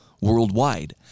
worldwide